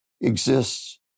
exists